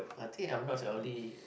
I'm think I'm not only